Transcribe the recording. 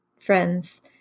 friends